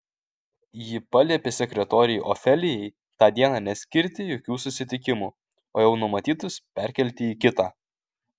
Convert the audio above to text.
ji paliepė sekretorei ofelijai tą dieną neskirti jokių susitikimų o jau numatytus perkelti į kitą